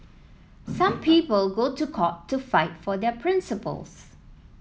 some people go to court to fight for their principles